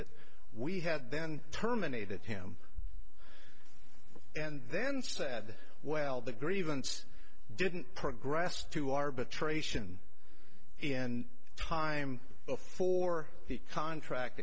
that we had then terminated him and then said well the grievance didn't progress to arbitration in time before the contract